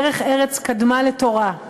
דרך ארץ קדמה לתורה,